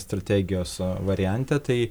strategijos variante tai